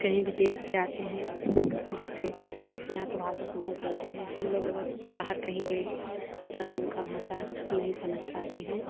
कहीं भी देश के आते हैं जैसे जैसे यहाँ का भाषा समझ लेते हैं हम लोग अगर बाहर कहीं गए तो उनका भाषा नहीं समझ पाते हैं